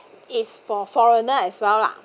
is for foreigner as well lah